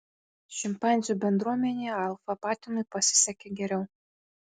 šimpanzių bendruomenėje alfa patinui pasisekė geriau